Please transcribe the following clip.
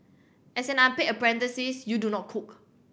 as unpaid apprentice you do not cook